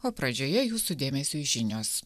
o pradžioje jūsų dėmesiui žinios